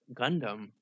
Gundam